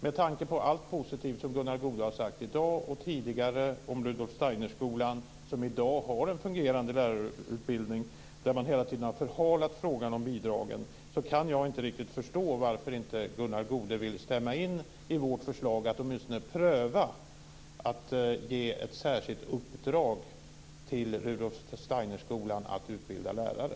Med tanke på allt positivt som Gunnar Goude har sagt i dag och tidigare om Rudolf Steinerskolan, som i dag har en fungerande lärarutbildning men där man hela tiden har förhalat frågan om bidrag, kan jag inte riktigt förstå varför inte Gunnar Goude vill stämma in i vårt förslag om att åtminstone pröva att ge ett särskilt uppdrag till Rudolf Steinerskolan att utbilda lärare.